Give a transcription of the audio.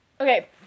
okay